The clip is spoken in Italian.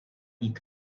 hit